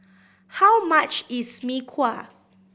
how much is Mee Kuah